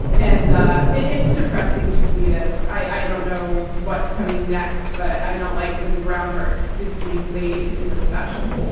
and it's depressing to see this, i don't know what's coming next, but i don't like that the groundwork is being laid in this fashion.